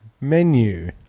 Menu